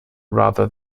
rather